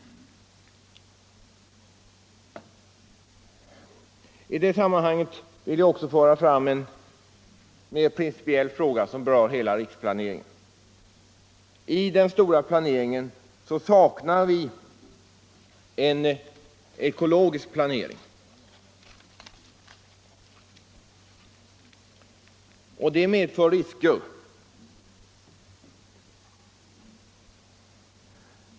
I det sammanhanget vill jag också föra fram en mer principiell fråga som berör hela riksplaneringen. I den stora planeringen saknar vi en ekologisk planering, och det medför risker.